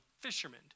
fishermen